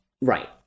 Right